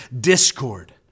Discord